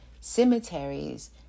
cemeteries